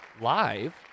live